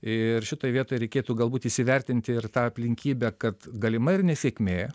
ir šitoj vietoj reikėtų galbūt įsivertinti ir tą aplinkybę kad galima ir nesėkmė